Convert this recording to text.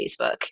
facebook